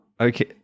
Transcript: Okay